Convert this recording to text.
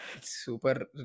super